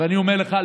ואני אומר לך,